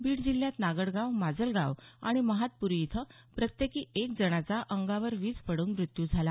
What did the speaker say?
बीड जिल्ह्यात नागडगाव माजलगाव आणि महातप्री इथं प्रत्येकी एक जणाचा अंगावर वीज पडून मृत्यु झाला